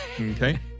Okay